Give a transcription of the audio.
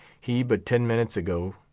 he, but ten minutes ago,